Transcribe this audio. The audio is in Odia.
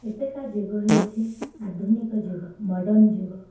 ଏବେକା ଯୁଗ ହେଉଛି ଆଧୁନିକ ଯୁଗ ମଡ଼ର୍ନ ଯୁଗ